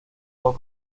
dos